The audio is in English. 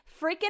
freaking